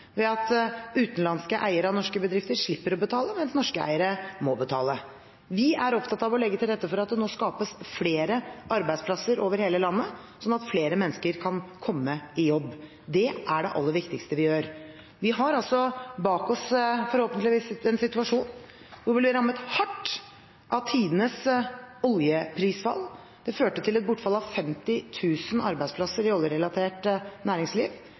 utenlandske eiere av norske bedrifter slipper å betale, mens norske eiere må betale. Vi er opptatt av å legge til rette for at det nå skapes flere arbeidsplasser over hele landet, slik at flere mennesker kan komme seg i jobb. Det er det aller viktigste vi gjør. Vi har bak oss – forhåpentligvis – en situasjon hvor vi ble rammet hardt av tidenes oljeprisfall. Det førte til et bortfall av 50 000 arbeidsplasser i oljerelatert næringsliv.